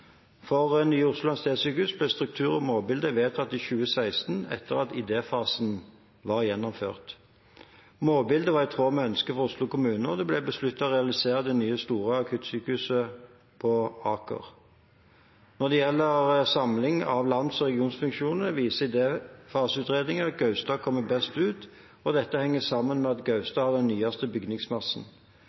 For Nye Oslo universitetssykehus ble struktur og målbilde vedtatt i 2016 etter at idéfasen var gjennomført. Målbildet var i tråd med ønske fra Oslo kommune, og det ble besluttet å realisere det nye, store akuttsykehuset på Aker. Når det gjelder samling av lands- og regionfunksjoner, viser idéfaseutredningene at Gaustad kommer best ut. Dette henger sammen med at Gaustad har den nyeste bygningsmassen.